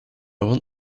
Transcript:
want